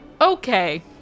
Okay